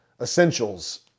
essentials